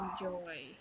enjoy